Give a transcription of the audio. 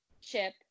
chip